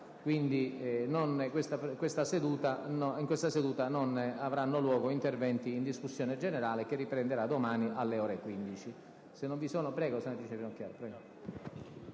di questa seduta non avranno luogo interventi in discussione generale, che riprendera domani alle ore 15.